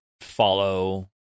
follow